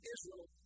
Israel